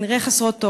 כנראה חסרות תוכן.